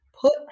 put